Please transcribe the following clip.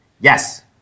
Yes